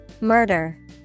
Murder